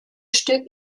stück